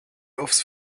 offs